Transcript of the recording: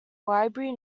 library